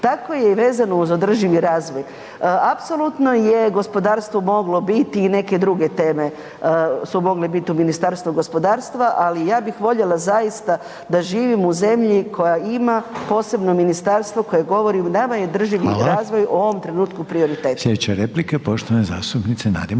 tako je vezano uz održivi razvoj. Apsolutno je gospodarstvo moglo biti i neke druge teme su mogle biti u Ministarstvu gospodarstva, ali ja bih voljela zaista da živim u zemlji koja ima posebno ministarstvo koje govori, nama je održivi razvoj u ovom trenutku prioritet.